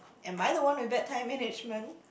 am I the one with bad time management